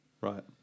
Right